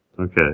Okay